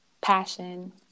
passion